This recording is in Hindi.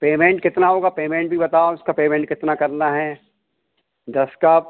पेमेंट कितना होगा पेमेंट भी बताओ उसका पेमेंट कितना करना है दस कप